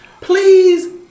Please